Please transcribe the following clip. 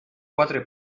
quatre